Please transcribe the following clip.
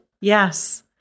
Yes